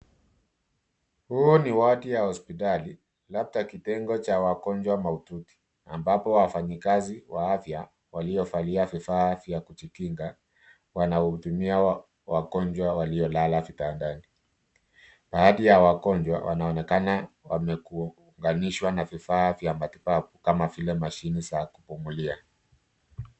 Huu ni wadi ya hospitali, labda kitengo cha wagonjwa mahututi ambapo wafanyikazi wa afya waliovalia vifaa vya kujikinga. Wana wahudumia wagonjwa waliol ala vitandani. Baadhi ya wagonjwa wanaonekana wamekuunganishwa na vifaa vya matibabu kama vile mashine za kupumulia.